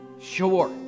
sure